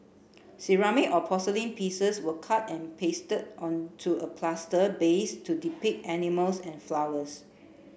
ceramic or porcelain pieces were cut and pasted onto a plaster base to depict animals and flowers